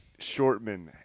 shortman